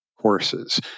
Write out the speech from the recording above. courses